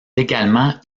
également